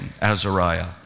Azariah